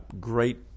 great